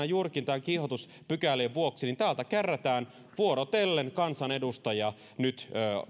juurikin näiden kiihotuspykälien vuoksi täältä kärrätään vuorotellen kansanedustajia